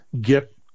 get